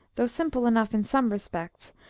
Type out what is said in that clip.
though simple enough in some respects,